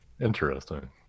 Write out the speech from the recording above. interesting